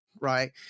right